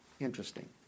Interesting